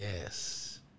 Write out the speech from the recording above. Yes